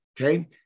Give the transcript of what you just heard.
okay